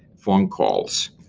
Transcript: phone calls.